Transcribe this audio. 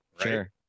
Sure